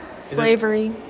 Slavery